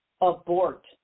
abort